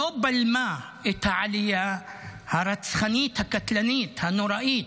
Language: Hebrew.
לא בלמה את העלייה הרצחנית, הקטלנית, הנוראית,